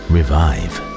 Revive